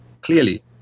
clearly